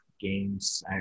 games